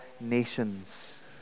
nations